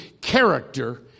character